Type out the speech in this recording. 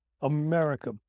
America